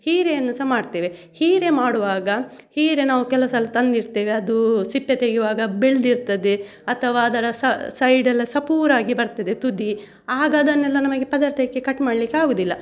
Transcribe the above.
ಹೀರೆಯನ್ನು ಸಹ ಮಾಡ್ತೇವೆ ಹೀರೆ ಮಾಡುವಾಗ ಹೀರೆ ನಾವು ಕೆಲವು ಸಲ ತಂದಿರ್ತೇವೆ ಅದು ಸಿಪ್ಪೆ ತೆಗೆಯುವಾಗ ಬೆಳೆದಿರ್ತದೆ ಅಥವಾ ಅದರ ಸೈಡ್ ಎಲ್ಲ ಸಪೂರ ಆಗಿ ಬರ್ತದೆ ತುದಿ ಆಗ ಅದನ್ನೆಲ್ಲ ನಮಗೆ ಪದಾರ್ಥಕ್ಕೆ ಕಟ್ ಮಾಡಲಿಕ್ಕೆ ಆಗೋದಿಲ್ಲ